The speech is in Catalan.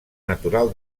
natural